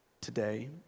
today